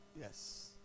Yes